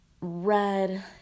red